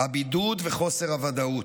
הבידוד וחוסר הוודאות.